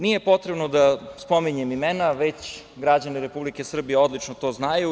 Nije potrebno da spominjem imena, već građani Republike Srbije odlično to znaju.